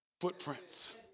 footprints